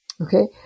okay